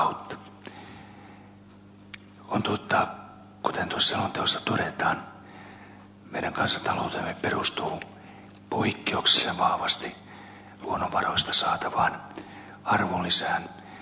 on totta kuten tuossa selonteossa todetaan että meidän kansantaloutemme perustuu poikkeuksellisen vahvasti luonnonvaroista saatavaan arvonlisään